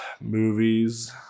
movies